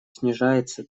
снижается